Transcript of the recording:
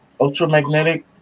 ultramagnetic